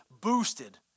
boosted